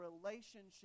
relationship